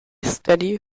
steady